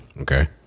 Okay